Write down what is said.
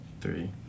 Three